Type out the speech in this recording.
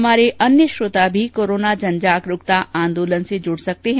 हमारे अन्य श्रोता भी कोरोना जनजागरूकता आंदोलन से जुड़ सकते हैं